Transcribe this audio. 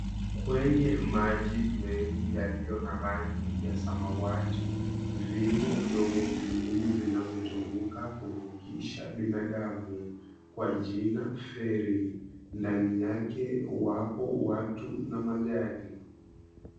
Kwenye maji mengi yaliyo na rangi ya samawati vimo vyombo viwili vinavyotumika kuvukisha binadamu kwa jina feri. Ndani yake wapi watu na magari.